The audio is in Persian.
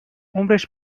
عمرش